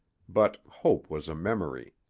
but hope was a memory.